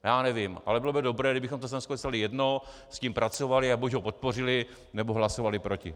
Já nevím, ale bylo by dobré, kdybychom to stanovisko dostali jedno, s tím pracovali a buď ho podpořili, nebo hlasovali proti.